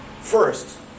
First